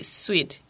sweet